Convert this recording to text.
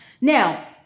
Now